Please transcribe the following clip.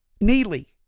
Neely